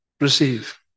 receive